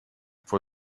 for